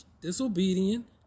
disobedient